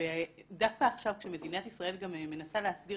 דווקא עכשיו כשמדינת ישראל גם מנסה להסדיר